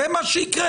זה מה שיקרה.